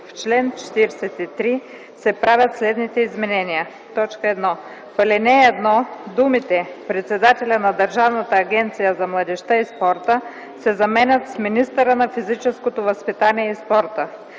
В чл. 43 се правят следните изменения: 1. В ал. 1 думите „председателя на Държавната агенция за младежта и спорта” се заменят с „министъра на физическото възпитание и спорта”.